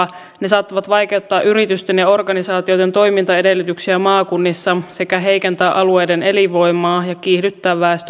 ne saattavat vaikeuttaa yritysten ja organisaatioiden toimintaedellytyksiä maakunnissa sekä heikentää alueiden elinvoimaa ja kiihdyttää väestökatoa